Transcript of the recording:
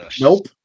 nope